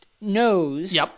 knows